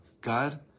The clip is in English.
God